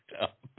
up